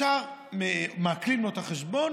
ישר מעקלים לו את החשבון,